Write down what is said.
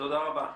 תודה רבה.